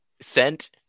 sent